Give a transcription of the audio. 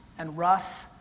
and russ,